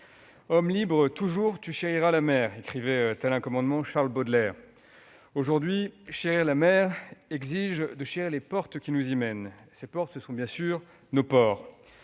« Homme libre, toujours tu chériras la mer !», tel était le commandement de Charles Baudelaire. Aujourd'hui, chérir la mer exige de chérir les portes qui nous y mènent. Ces portes, ce sont nos ports.